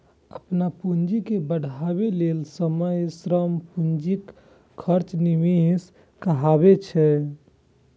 अपन पूंजी के बढ़ाबै लेल समय, श्रम, पूंजीक खर्च निवेश कहाबै छै